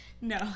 No